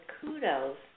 kudos